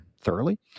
thoroughly